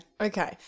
Okay